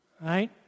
right